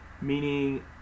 meaning